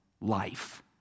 life